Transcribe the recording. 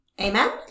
amen